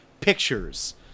Pictures